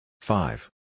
Five